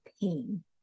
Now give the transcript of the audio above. pain